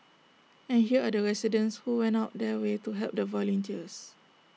and here are the residents who went out their way to help the volunteers